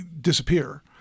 disappear